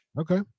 okay